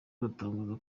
aratangaza